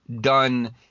done